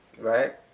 Right